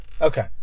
Okay